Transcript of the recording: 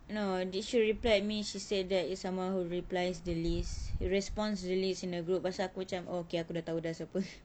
no did she replied me she said there is someone who replies the list responds to the list in a group pastu aku macam oh okay aku dah tahu dah siapa